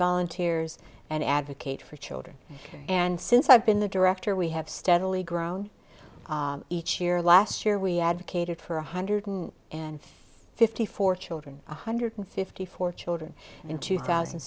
volunteers and advocate for children and since i've been a director we have steadily grown each year last year we advocated for a hundred and fifty four children one hundred fifty four children in two thousand